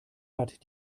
hat